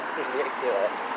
ridiculous